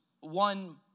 one